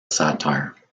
satire